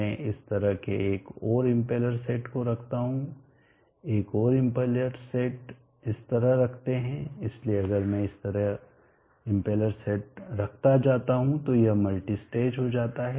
मैं इस तरह के एक और इम्पेलर सेट को रखता हूँ एक और इम्पेलर सेट इस तरह रखते है इसलिए अगर मैं इस तरह इम्पेलर सेट रखता जाता हूँ तो यह मल्टी स्टेज हो जाता है